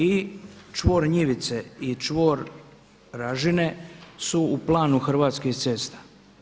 I čvor Njivice i čvor Ražine su u Planu Hrvatskih cesta.